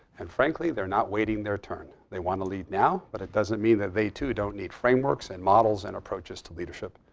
and frankly, they're not waiting their turn. they want to lead now. but it doesn't mean that they too don't need frameworks, and models, and approaches to leadership,